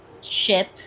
ship